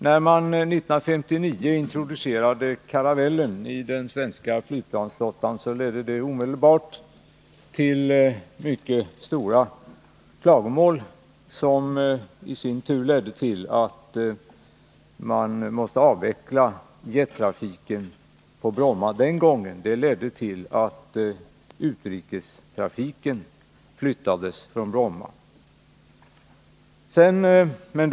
När planet Caravelle 1959 introducerades i den svenska flygplansflottan ledde detta omedelbart till mycket stora klagomål, vilket i sin tur ledde till att jettrafiken den gången måste avvecklas på Bromma. Det medförde att utrikestrafiken flyttades till Arlanda.